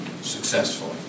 successfully